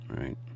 Right